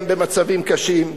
גם במצבים קשים.